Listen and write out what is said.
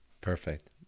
Perfect